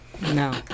No